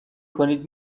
کنید